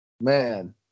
man